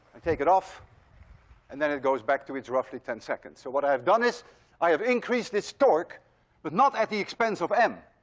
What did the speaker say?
i take it off and then it goes back to its roughly ten seconds. so what i have done is i have increased this torque but not at the expense of m,